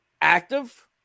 active